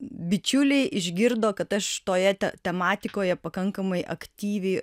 bičiuliai išgirdo kad aš toje te tematikoje pakankamai aktyviai